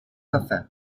caffè